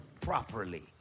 properly